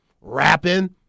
rapping